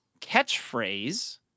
catchphrase